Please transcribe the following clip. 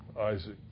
Isaac